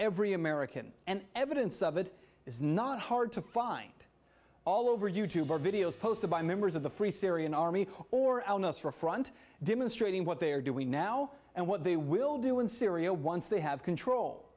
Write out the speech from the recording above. every american and evidence of it is not hard to find all over you tube videos posted by members of the free syrian army or al nusra front demonstrating what they are doing now and what they will do in syria once they have control